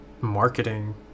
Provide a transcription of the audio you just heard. marketing